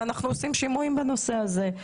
ואנחנו עושים שימועים בנושא הזה.